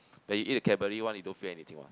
but you eat the Cadbury one you don't feel anything one